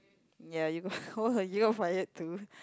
ya you got oh you got fired too